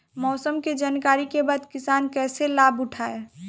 मौसम के जानकरी के बाद किसान कैसे लाभ उठाएं?